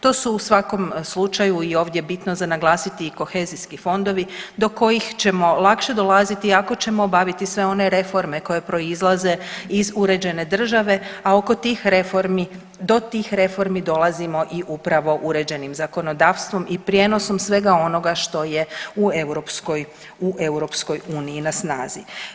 To su u svakom slučaju i ovdje je bitno za naglasiti i kohezijski fondovi do kojih ćemo lakše dolaziti ako ćemo obaviti sve one reforme koje proizlaze iz uređene države, a oko tih reformi do tih reformi dolazimo i upravo uređenim zakonodavstvom i prijenosom svega onoga što je u Europskoj uniji na snazi.